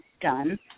done